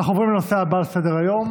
אנחנו עוברים לנושא הבא על סדר-היום,